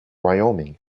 wyoming